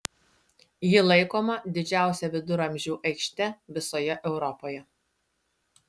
ji laikoma didžiausia viduramžių aikšte visoje europoje